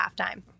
halftime